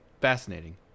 Fascinating